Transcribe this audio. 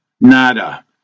nada